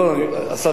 אתה לא גר בתל-אביב,